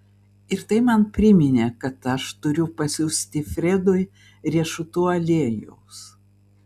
ir tai man priminė kad aš turiu pasiųsti fredui riešutų aliejaus